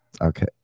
Okay